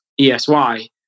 ESY